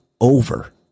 over